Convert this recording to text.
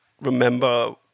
remember